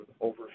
over